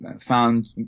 found